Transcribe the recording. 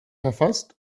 verfasst